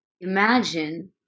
imagine